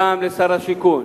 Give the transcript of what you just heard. גם לשר השיכון